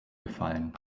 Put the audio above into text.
gefallen